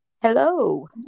Hello